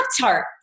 Tart